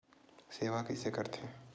सेवा कइसे करथे?